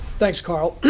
thanks, carl.